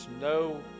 no